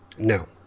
No